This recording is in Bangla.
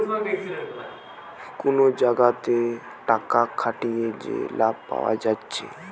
কুনো জাগাতে টাকা খাটিয়ে যে লাভ পায়া যাচ্ছে